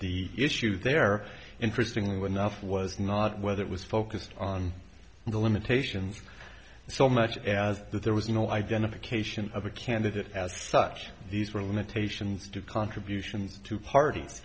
the issue there interestingly when enough was not whether it was focused on the limitations so much as that there was no identification of a candidate as such these were limitations to contributions to parties